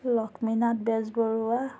Lakshminath Bezbaroa